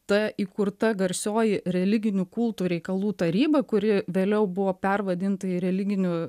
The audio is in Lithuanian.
ta įkurta garsioji religinių kultų reikalų taryba kuri vėliau buvo pervadinta į religinių